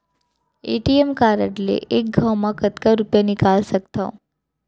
ATM card ले एक घव म कतका रुपिया निकाल सकथव?